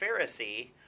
Pharisee